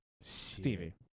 Stevie